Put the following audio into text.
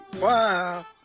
Wow